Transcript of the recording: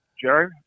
jerry